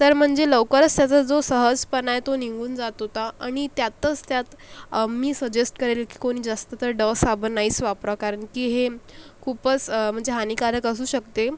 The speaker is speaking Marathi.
तर म्हणजे लवकरस त्याचा जो सहसपणा आहे तो निघून जात होता आणि त्यातस त्यात मी सजेस्ट करेल की कोणी जास्त तर डव साबण नाहीस वापरावं कारण की हे मग खूपस म्हणजे हानिकारक असू शकते